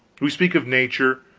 we speak of nature